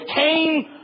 Cain